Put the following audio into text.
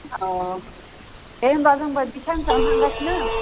अह दे होनबा जोंबो बे साननैसोआवनो थांगासिनो